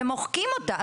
אתם מוחקים אותה,